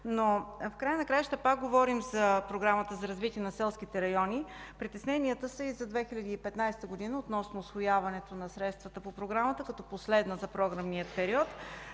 В края на краищата, пак говорим за Програмата за развитие на селските райони. Притесненията са и за 2015 г. относно усвояването на средствата по Програмата като последна за програмния период.